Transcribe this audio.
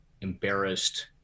embarrassed